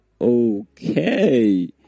okay